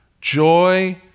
Joy